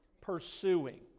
Pursuing